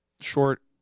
Short